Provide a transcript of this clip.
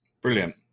Brilliant